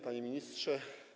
Panie Ministrze!